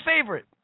favorite